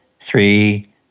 three